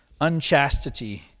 Unchastity